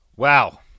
Wow